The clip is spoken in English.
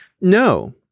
No